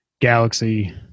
Galaxy